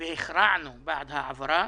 והכרענו בעד ההעברה.